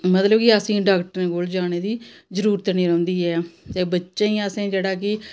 मतलब कि असें डाक्टरें कोल जाने दी जरूरत निं रौंह्दी ऐ ते बच्चें गी असें जेह्ड़ा कि